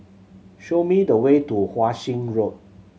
show me the way to Wan Shih Road